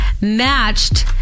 matched